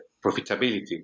profitability